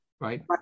right